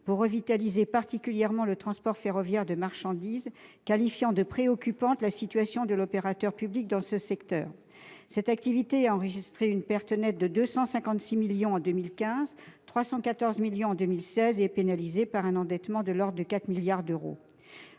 pour revitaliser particulièrement le transport ferroviaire de marchandises, qualifiant de « préoccupante » la situation de l'opérateur public dans ce secteur. Cette activité a enregistré une perte nette de 256 millions d'euros en 2015 et de quelque 314 millions d'euros en 2016. En outre, elle est pénalisée par un endettement de l'ordre de 4 milliards d'euros.